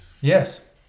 Yes